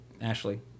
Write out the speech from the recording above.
Ashley